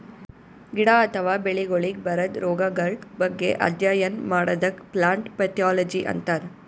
ಗಿಡ ಅಥವಾ ಬೆಳಿಗೊಳಿಗ್ ಬರದ್ ರೊಗಗಳ್ ಬಗ್ಗೆ ಅಧ್ಯಯನ್ ಮಾಡದಕ್ಕ್ ಪ್ಲಾಂಟ್ ಪ್ಯಾಥೊಲಜಿ ಅಂತರ್